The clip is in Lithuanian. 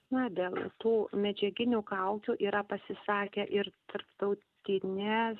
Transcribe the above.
na dėl tų medžiaginių kaukių yra pasisakę ir tarptautinės